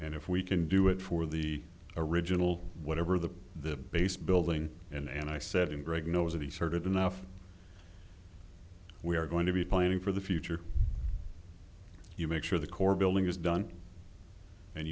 and if we can do it for the original whatever the the base building in and i said and greg knows it he's heard it enough we are going to be planning for the future you make sure the core building is done and